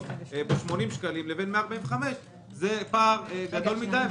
ב-80 שקלים לבין 145 שקלים הפערים גדולים מדי.